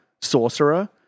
Sorcerer